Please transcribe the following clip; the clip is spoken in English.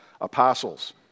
apostles